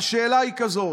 השאלה היא כזאת: